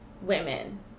women